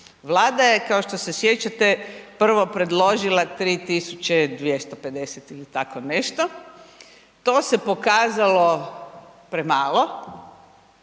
Vlada je, kao što se sjećate, prvo predložila 3 250 ili tako nešto, to se pokazalo premalo,